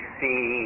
see